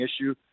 issue